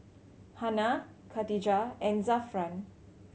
Hana Katijah and Zafran